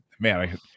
man